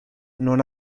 non